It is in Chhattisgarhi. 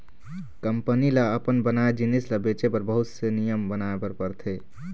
कंपनी ल अपन बनाए जिनिस ल बेचे बर बहुत से नियम बनाए बर परथे